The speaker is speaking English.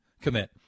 commit